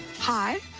hi,